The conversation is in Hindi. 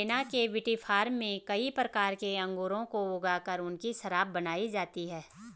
वियेना के विटीफार्म में कई प्रकार के अंगूरों को ऊगा कर उनकी शराब बनाई जाती है